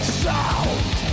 sound